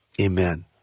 amen